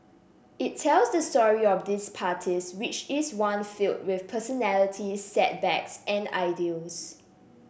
it tells the story of these parties which is one filled with personalities setbacks and ideals